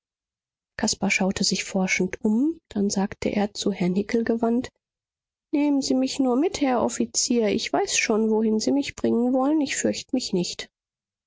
caspar schaute sich forschend um dann sagte er zu herrn hickel gewandt nehmen sie mich nur mit herr offizier ich weiß schon wohin sie mich bringen wollen ich fürcht mich nicht